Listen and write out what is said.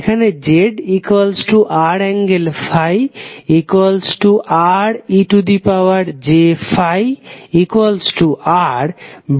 এখানে zr∠∅rej∅r∅ j∅